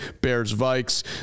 Bears-Vikes